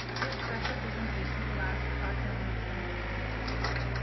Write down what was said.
we expect the presentation to last approximately twenty five minutes.